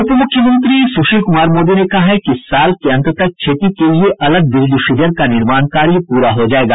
उप मुख्यमंत्री सुशील कुमार मोदी ने कहा है कि इस साल के अंत तक खेती के लिए अलग बिजली फीडर का निर्माण कार्य पूरा हो जायेगा